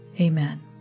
Amen